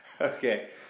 Okay